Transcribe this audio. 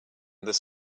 this